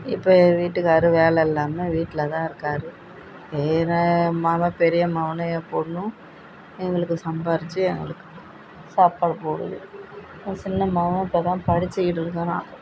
இப்போ என் வீட்டுக்காரர் வேலை இல்லாமல் வீட்டில்தான் இருக்கார் சரின்னு என் மகன் பெரிய மகனும் என் பொண்ணும் எங்களுக்கு சம்பாரித்து எங்களுக்கு சாப்பாடு போடுது என் சின்ன மகன் இப்போதான் படிச்சுக்கிட்டு இருக்கிறான்